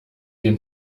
den